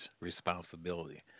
responsibility